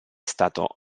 stato